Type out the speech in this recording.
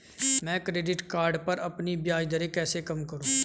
मैं credit card पर अपनी ब्याज दरें कैसे कम करूँ?